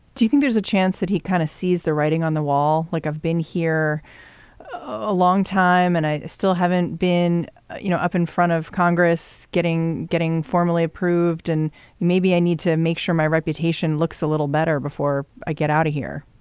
do you think there's a chance that he kind of sees the writing on the wall like i've been here a long time and i still haven't been you know up in front of congress getting getting formally approved and maybe i need to make sure my reputation looks a little better before i get out of here